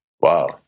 Wow